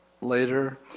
later